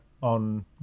on